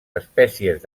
espècies